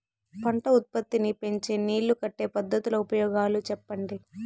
పంట ఉత్పత్తి నీ పెంచే నీళ్లు కట్టే పద్ధతుల ఉపయోగాలు చెప్పండి?